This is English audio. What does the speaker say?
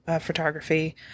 photography